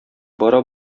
бара